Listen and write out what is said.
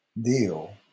deal